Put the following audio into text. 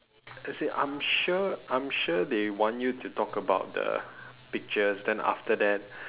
as in I'm sure I'm sure they want you to talk about the pictures then after that